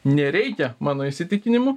nereikia mano įsitikinimu